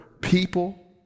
people